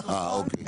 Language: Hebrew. בסך-הכול,